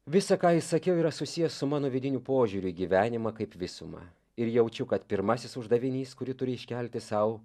visa ką išsakiau yra susiję su mano vidiniu požiūriu į gyvenimą kaip visumą ir jaučiu kad pirmasis uždavinys kurį turiu iškelti sau